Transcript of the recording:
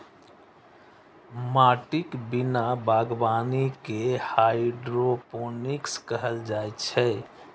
माटिक बिना बागवानी कें हाइड्रोपोनिक्स कहल जाइ छै